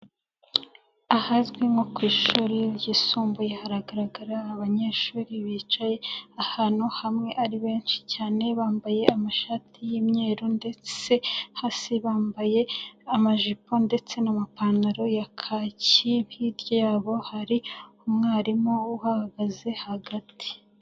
Ahazwi nko ku ishuri ryisumbuye haragaragara abanyeshuri bicaye ahantu hamwe ari benshi cyane bambaye amashati y'imyeru ndetse hasi bambaye amajipo ndetse n'amapantaro ya kaki, hirya yabo hari umwarimu uhahagaze hagati.